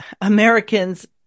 Americans